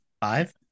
five